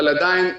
אבל עדיין,